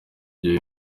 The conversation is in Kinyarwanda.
ibyo